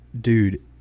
Dude